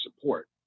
support